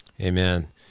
Amen